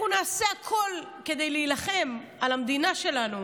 אנחנו נעשה הכול כדי להילחם על המדינה שלנו,